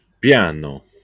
Piano